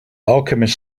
alchemist